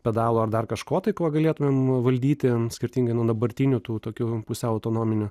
pedalų ar dar kažko tai kuo galėtumėm valdyti skirtingai nuo dabartinių tų tokių pusiau autonominių